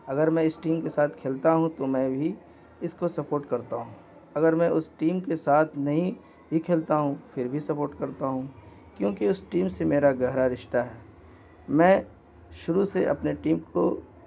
اگر میں اس ٹیم کے ساتھ کھیلتا ہوں تو میں بھی اس کو سپورٹ کرتا ہوں اگر میں اس ٹیم کے ساتھ نہیں بھی کھیلتا ہوں پھر بھی سپورٹ کرتا ہوں کیونکہ اس ٹیم سے میرا گہرا رشتہ ہے میں شروع سے اپنے ٹیم کو